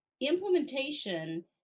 Implementation